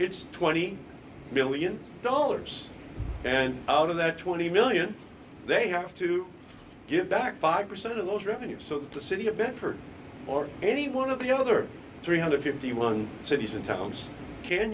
it's twenty million dollars and out of that twenty million dollars they have to give back five percent of those revenues so that the city had better or any one of the other three hundred and fifty one cities and towns can